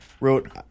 wrote